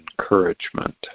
encouragement